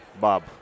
bob